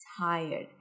tired